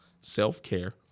self-care